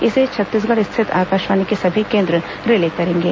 इसे छत्तीसगढ़ स्थित आकाशवाणी के सभी केंद्र रिले करेंगे